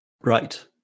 Right